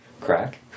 crack